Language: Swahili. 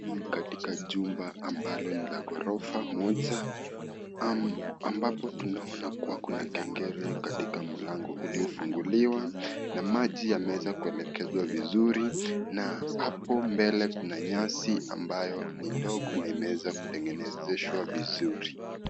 Katika jumba ambalo ni la gorofa moja ambapo tunaona kuwa kuna kengele katika mlango uliofunguliwa na maji imeweza kuelekezwa vizuri na hapo mbele kuna nyasi ambayo ni ndogo na imeweza kutengenezwa vizuri.